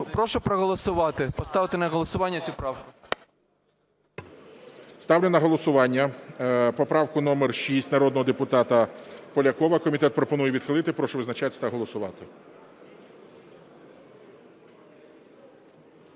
Прошу проголосувати, поставити на голосування цю правку. ГОЛОВУЮЧИЙ. Ставлю на голосування поправку номер 6 народного депутата Полякова. Комітет пропонує відхилити. Прошу визначатися та голосувати.